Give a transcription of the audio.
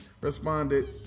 responded